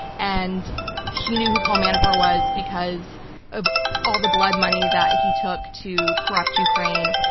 and she knew who paul manafort was because of all the blood money that he took to corrupt ukraine.